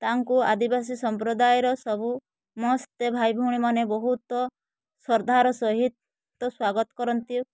ତାଙ୍କୁ ଆଦିବାସୀ ସମ୍ପ୍ରଦାୟର ସବୁ ମସ୍ତେ ଭାଇ ଭଉଣୀ ମାନେ ବହୁତ ଶ୍ରଦ୍ଧାର ସହିତ ସ୍ଵାଗତ କରନ୍ତି